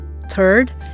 Third